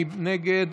מי נגד?